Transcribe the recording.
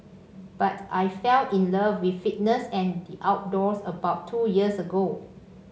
but I fell in love with fitness and the outdoors about two years ago